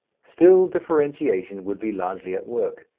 still differentiation would be largely at work.